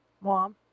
Mom